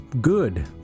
good